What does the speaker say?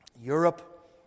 Europe